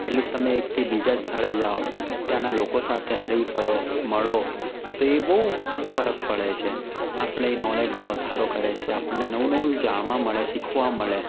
at least તમે એકથી બીજા સ્થળે જાવ ત્યાંના લોકો સાથે હરી ફરો મળો તો એ બહુ ફરક પડે છે આપણી નોલેજમાં વધારો કરે છે આપણને નવું નવું જાણવા મળે શીખવા મળે